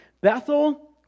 Bethel